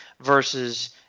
versus